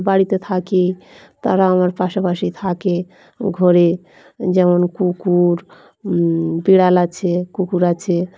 বাড়িতে থাকি তারা আমার পাশাপাশি থাকে ঘোরে যেমন কুকুর বিড়াল আছে কুকুর আছে